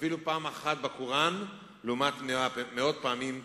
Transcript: אפילו פעם אחת בקוראן, לעומת מאות פעמים בתנ"ך?